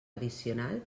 addicional